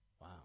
Wow